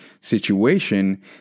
situation